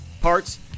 parts